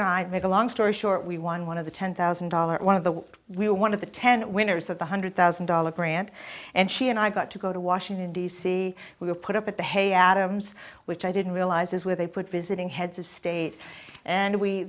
and i make a long story short we won one of the ten thousand dollars one of the we were one of the ten winners of the hundred thousand dollars grant and she and i got to go to washington d c we were put up at the hay adams which i didn't realize is where they put visiting heads of state and we